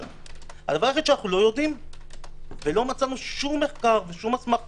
הדבר היחיד שאנחנו לא יודעים ולא מצאנו שום מחקר ושום אסמכתא